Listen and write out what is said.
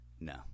no